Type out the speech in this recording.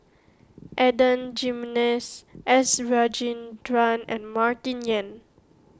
Adan Jimenez S Rajendran and Martin Yan